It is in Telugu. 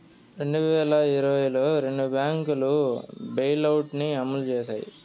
రెండు వేల ఇరవైలో రెండు బ్యాంకులు బెయిలౌట్ ని అమలు చేశాయి